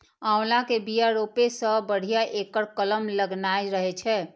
आंवला के बिया रोपै सं बढ़िया एकर कलम लगेनाय रहै छै